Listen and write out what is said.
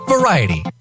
Variety